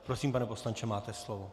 Prosím, pane poslanče, máte slovo.